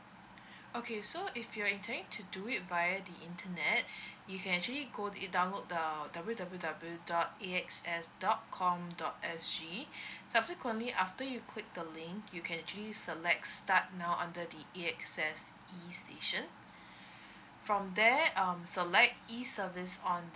okay so if you're intending to do it via the internet you can actually go to download the W W W dot A_X_S dot com dot S_G subsequently after you click the link you can actually select start now on to the A_X_S E station from there um select E service on the